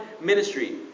ministry